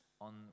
on